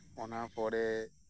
ᱚᱱᱟ ᱯᱚᱨᱮ